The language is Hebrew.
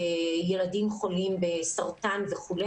ילדים חולים בסרטן וכו',